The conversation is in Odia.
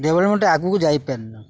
ଡେଭଲମେଣ୍ଟ୍ ଆଗକୁ ଯାଇ ପାରନ